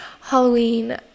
Halloween